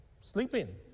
sleeping